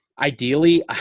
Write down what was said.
ideally